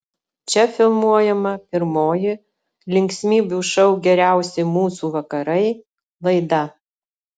čia filmuojama pirmoji linksmybių šou geriausi mūsų vakarai laida